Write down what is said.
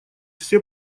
все